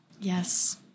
Yes